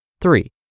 Three